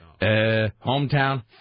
Hometown